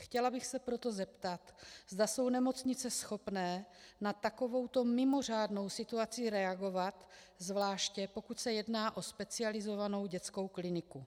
Chtěla bych se proto zeptat, zda jsou nemocnice schopné na takovouto mimořádnou situaci reagovat, zvláště pokud se jedná o specializovanou dětskou kliniku.